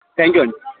thank you అండి